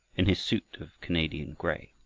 in his suit of canadian gray.